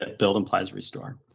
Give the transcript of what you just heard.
ah build implies restore.